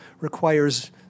requires